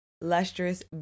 lustrous